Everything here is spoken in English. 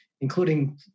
including